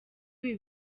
ibi